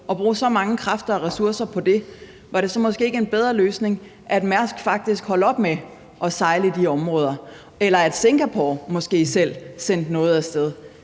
og bruge så mange kræfter og ressourcer på det, at Mærsk faktisk holdt op med at sejle i de områder, eller at Singapore måske selv sendte noget af sted.